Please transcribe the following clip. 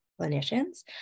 clinicians